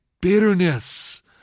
bitterness